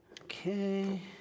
Okay